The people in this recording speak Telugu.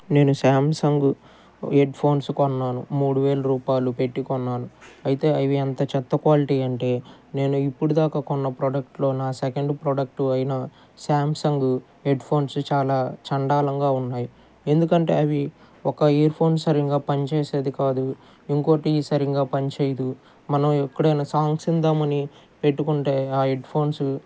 నేను సాంసంగ్ హెడ్ఫోన్సు కొన్నాను మూడు వేలు రూపాయలు పెట్టి కొన్నాను అయితే అవి ఎంత చెత్త క్వాలిటీ అంటే నేను ఇప్పుడు దాకా కొన్న ప్రొడక్టులో నా సెకండ్ ప్రోడక్ట్ అయిన సాంసంగ్ హెడ్ఫోన్సు చాలా చండాలంగా ఉన్నాయి ఎందుకంటే అవి ఒక ఇయర్ ఫోన్ సరిగా పనిచేసేది కాదు ఇంకోటి సరిగా పనిచేయదు మనం ఎక్కడైనా సాంగ్స్ విందాము అని పెట్టుకుంటే ఆ హెడ్ఫోన్సు